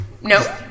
No